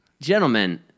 gentlemen